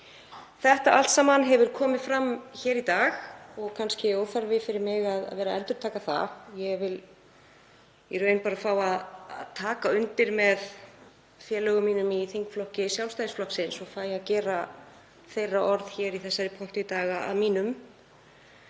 Þetta allt saman hefur komið fram hér í dag og kannski óþarfi fyrir mig að endurtaka það. Ég vil fá að taka undir með félögum mínum í þingflokki Sjálfstæðisflokksins og fæ að gera þeirra orð í þessari pontu í dag að mínum.